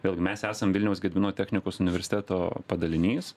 vėlgi mes esam vilniaus gedimino technikos universiteto padalinys